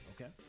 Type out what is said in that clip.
Okay